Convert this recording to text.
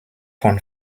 von